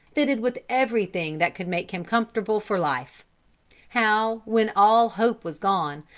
fitted with everything that could make him comfortable for life how, when all hope was gone,